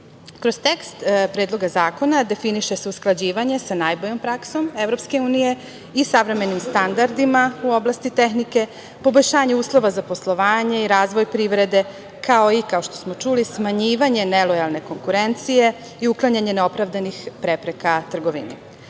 EU.Kroz tekst Predloga zakona definiše se usklađivanje sa najboljom praksomEU i savremeni standardima u oblasti tehnike, poboljšanje uslova za poslovanje i razvoj privrede, kao i, kao što smo čuli, smanjivanje nelojalne konkurencije i uklanjanje neopravdanih prepreka